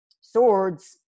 swords